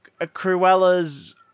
Cruella's